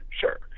sure